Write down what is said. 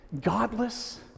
godless